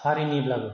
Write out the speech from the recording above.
हारिनिब्लाबो